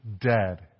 dead